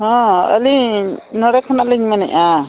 ᱦᱮᱸ ᱟᱹᱞᱤᱧ ᱱᱚᱰᱮ ᱠᱷᱚᱱᱟᱜ ᱞᱤᱧ ᱢᱮᱱᱮᱜᱼᱟ